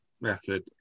method